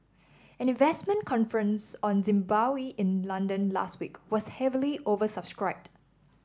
an investment conference on Zimbabwe in London last week was heavily oversubscribed